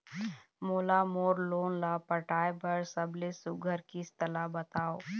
मोला मोर लोन ला पटाए बर सबले सुघ्घर किस्त ला बताव?